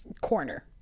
Corner